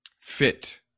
fit